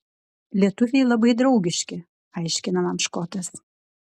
lietuviai labai draugiški aiškina man škotas